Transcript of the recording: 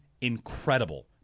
incredible